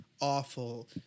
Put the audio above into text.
awful